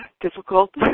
difficult